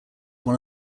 one